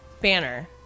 banner